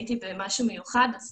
הייתי במשהו מיוחד אז